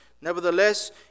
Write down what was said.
Nevertheless